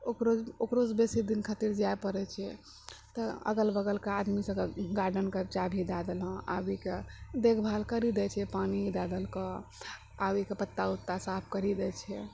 ओकरो ओकरोसँ बेसी दिन खातिर जाइ पड़ै छै तऽ अगल बगल के आदमी सभके गार्डेनके चाभी दय देलहुँ आबि कऽ देखि भाल करि दय छै पानि दय देलकौ आबिके पत्ता उत्ता साफ करि दै छै